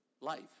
life